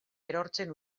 erortzen